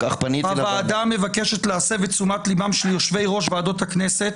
הוועדה מבקשת להסב את תשומת ליבם של יושבי-ראש ועדות הכנסת